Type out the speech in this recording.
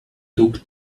took